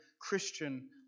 Christian